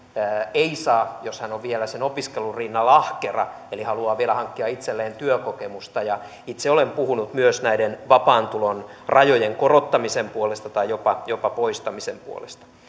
ei saa jos hän on vielä sen opiskelun rinnalla ahkera eli haluaa vielä hankkia itselleen työkokemusta itse olen puhunut myös näiden vapaan tulon rajojen korottamisen puolesta tai jopa jopa poistamisen puolesta